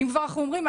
אם כבר אנחנו אומרים,